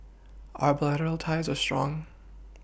our bilateral ties are strong